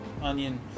onion